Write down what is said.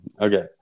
Okay